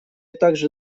также